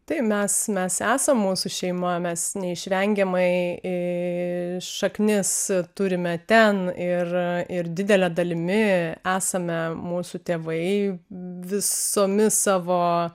tai mes mes esam mūsų šeima mes neišvengiamai į šaknis turime ten ir ir didele dalimi esame mūsų tėvai visomis savo